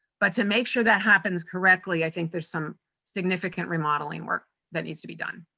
but, to make sure that happens correctly, i think there's some significant remodeling work that needs to be done.